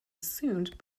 assumed